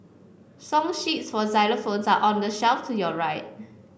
song sheets for xylophones are on the shelf to your right